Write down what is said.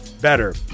better